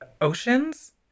oceans